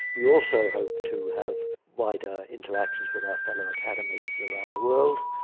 we also hope to have wider interactions with our fellow academies around the world,